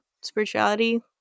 spirituality